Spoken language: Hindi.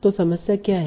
तो समस्या क्या है